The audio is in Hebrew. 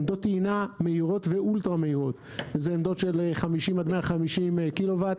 עמדות טעינה מהירות ואולטרה-מהירות זה עמדות של 50 עד 150 קילו-וואט.